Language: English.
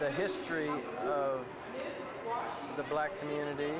the history of the black community